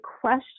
question